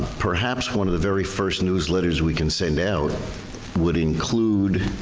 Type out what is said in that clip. perhaps one of the very first newsletters we can send out would include.